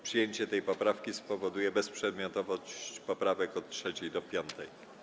Przyjęcie tej poprawki spowoduje bezprzedmiotowość poprawek od 3. do 5.